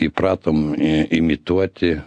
įpratom imituoti